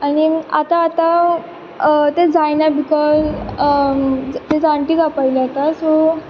आनी आतां आतां तें जायना बीकोज ती जाण्टी जावपा लागली आतां सो